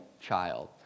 child